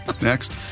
Next